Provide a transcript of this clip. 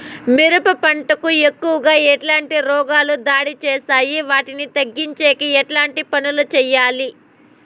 మిరప పంట కు ఎక్కువగా ఎట్లాంటి రోగాలు దాడి చేస్తాయి వాటిని తగ్గించేకి ఎట్లాంటి పనులు చెయ్యాలి?